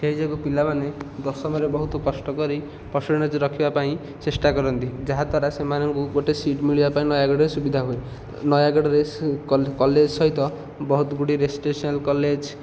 ସେହିଯୋଗୁ ପିଲାମାନେ ଦଶମରେ ବହୁତ କଷ୍ଟ କରି ପର୍ସେଣ୍ଟେଜ୍ ରଖିବାପାଇଁ ଚେଷ୍ଟା କରନ୍ତି ଯାହାଦ୍ୱାରା ସେମାନଙ୍କୁ ଗୋଟେ ସିଟ୍ ମିଳିବାପାଇଁ ନୟାଗଡ଼ରେ ସୁବିଧା ହୁଏ ନୟାଗଡରେ କଲେଜ ସହିତ ବହୁତ ଗୁଡ଼ିଏ ରେସିଟେସନ୍ କଲେଜ